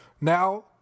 now